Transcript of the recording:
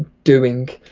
doing